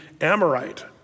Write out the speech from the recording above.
Amorite